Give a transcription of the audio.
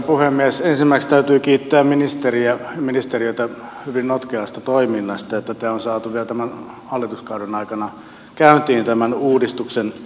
ensimmäiseksi täytyy kiittää ministeriä ja ministeriötä hyvin notkeasta toiminnasta että on saatu vielä tämän hallituskauden aikana käyntiin tämän uudistuksen aikaansaanti